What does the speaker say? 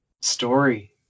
story